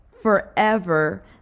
forever